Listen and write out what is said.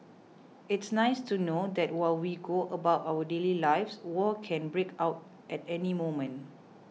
it's nice to know that while we go about our daily lives war can break out at any moment